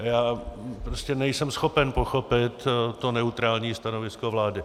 Já prostě nejsem schopen pochopit to neutrální stanovisko vlády.